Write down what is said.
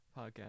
podcast